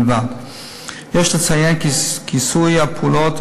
יש לציין כי כיסויי הפעולות,